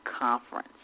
Conference